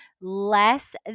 less